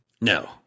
No